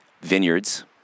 vineyards